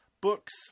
books